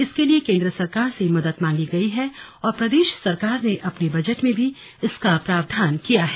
इसके लिए केन्द्र सरकार से मदद मांगी गई है और प्रदेश सरकार ने अपने बजट में भी इसका प्रावधान किया है